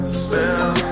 spell